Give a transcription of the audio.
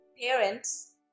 parents